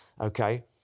okay